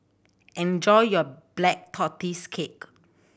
enjoy your Black Tortoise Cake